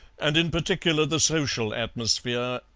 and in particular the social atmosphere,